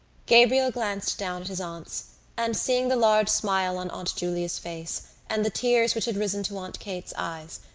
gabriel glanced down at his aunts and, seeing the large smile on aunt julia's face and the tears which had risen to aunt kate's eyes,